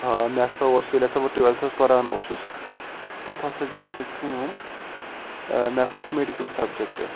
ہاں مےٚ ہسا اوٗس ییٚلہِ ہسا بہٕ ٹُویٚلتھَس پَران اوٗسُس پَتہٕ ہَسا گٔے مےٚ تَتہِ کٲم ٲں مےٚ ہسا اوٗس میٚڈِکٕل سَبجَکٹہٕ